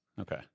Okay